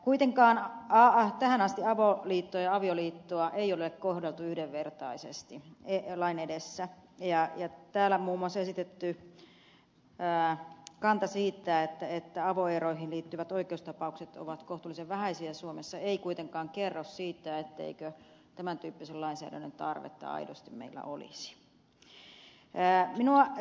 kuitenkaan tähän asti avoliittoa ja avioliittoa ei ole kohdeltu yhdenvertaisesti lain edessä ja täällä muun muassa esitetty kanta siitä että avoeroihin liittyvät oikeustapaukset ovat kohtuullisen vähäisiä suomessa ei kuitenkaan kerro siitä etteikö tämän tyyppisen lainsäädännön tarvetta aidosti meillä olisi